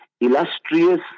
illustrious